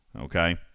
okay